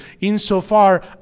insofar